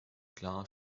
klar